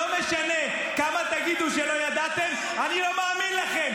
לא משנה כמה תגידו שלא ידעתם, אני לא מאמין לכם.